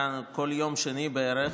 כל יום שני בערך.